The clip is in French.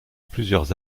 plusieurs